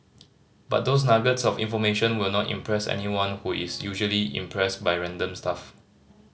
but those nuggets of information will not impress anyone who is usually impressed by random stuff